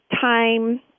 time